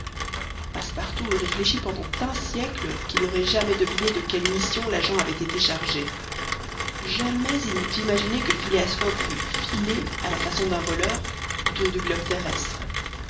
passepartout eût réfléchi pendant un siècle qu'il n'aurait jamais deviné de quelle mission l'agent avait été chargé jamais il n'eût imaginé que phileas fogg fût filé à la façon d'un voleur autour du globe terrestre